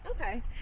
Okay